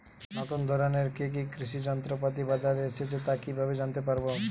নতুন ধরনের কি কি কৃষি যন্ত্রপাতি বাজারে এসেছে তা কিভাবে জানতেপারব?